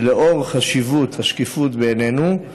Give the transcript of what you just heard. ולאור חשיבות השקיפות בעינינו,